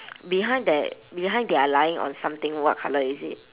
behind that behind they're lying on something what colour is it